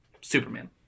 Superman